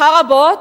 אחרי רבים,